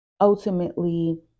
ultimately